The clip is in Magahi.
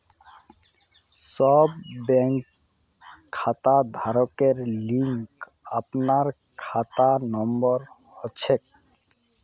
सब बैंक खाताधारकेर लिगी अपनार खाता नंबर हछेक